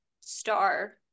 star